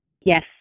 Yes